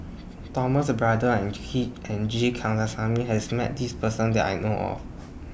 Thomas Braddell and Key and G Kandasamy has Met This Person that I know of